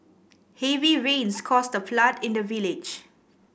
heavy rains caused a flood in the village